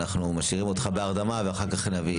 אנחנו משאירים אותך בהרדמה ואחר כך נביא.